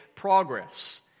progress